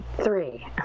Three